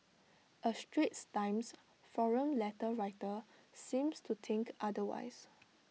A straits times forum letter writer seems to think otherwise